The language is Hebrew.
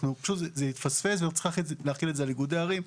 זה התפספס, וצריך להחיל את זה על איגודי ערים.